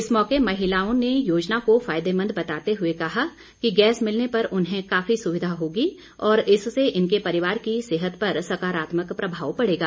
इस मौके महिलाओं ने योजना को फायदेमंद बताते हुए कहा कि गैस मिलने पर उन्हें काफी सुविधा होगी और इससे इनके परिवार की सेहत पर सकारात्मक प्रभाव पड़ेगा